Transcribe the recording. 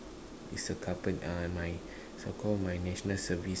is a uh my so called my national service